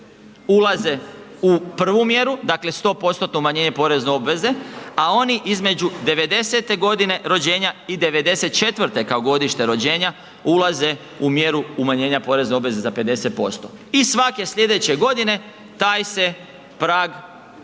ulaze u prvu mjeru, dakle 100% umanjenje porezne obveze, a oni između '90.g. rođenja i '94. kao godište rođenja ulaze u mjeru umanjenja porezne obveze za 50% i svake slijedeće godine taj se prag